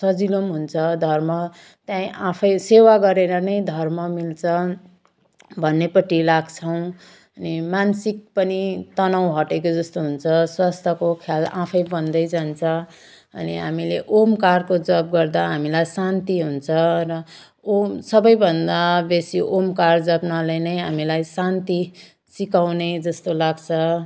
सजिलो पनि हुन्छ धर्म त्यहीँ आफै सेवा गरेर नै धर्म मिल्छ भन्नेपट्टि लाग्छौँ अनि मानसिक पनि तनाउ हटेको जस्तो हुन्छ स्वास्थको ख्याल आफै बन्दै जान्छ अनि हामीले ओमकारको जप गर्दा हामीलाई शान्ति हुन्छ अन्त ओम सबैभन्दा बेसी ओमकार जप्नाले नै हामीलाई शान्ति सिकाउने जस्तो लाग्छ